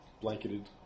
blanketed